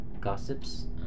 gossips